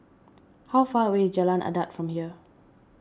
how far away is Jalan Adat from here